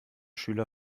schüler